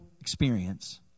experience